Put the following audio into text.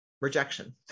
rejection